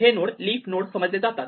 हे node leaf node समजले जातात